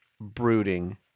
brooding